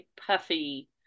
puffy